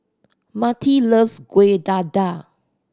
Marti loves Kueh Dadar